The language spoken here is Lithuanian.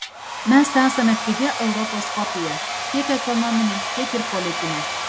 mes esame pigia europos kopija tiek ekonomine tiek ir politine